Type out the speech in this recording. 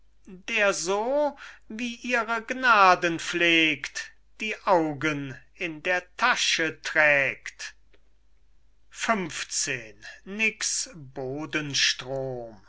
der so wie ihre gnaden pflegt die augen in der tasche trägt